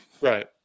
Right